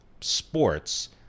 sports